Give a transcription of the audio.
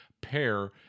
pair